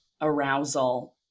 arousal